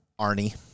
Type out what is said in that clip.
Arnie